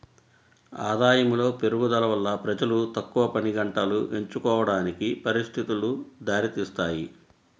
ఆదాయములో పెరుగుదల వల్ల ప్రజలు తక్కువ పనిగంటలు ఎంచుకోవడానికి పరిస్థితులు దారితీస్తాయి